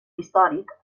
històric